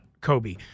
Kobe